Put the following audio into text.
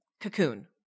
cocoon